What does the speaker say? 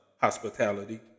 hospitality